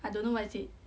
I don't know what is it